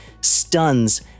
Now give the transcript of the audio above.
stuns